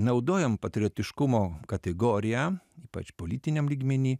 naudojam patriotiškumo kategoriją ypač politiniam lygmeny